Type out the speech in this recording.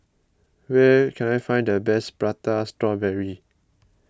where can I find the best Prata Strawberry